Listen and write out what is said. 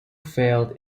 failed